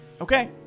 Okay